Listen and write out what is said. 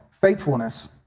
faithfulness